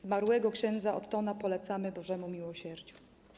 Zmarłego ks. Ottona polecamy Bożemu miłosierdziu.